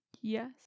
Yes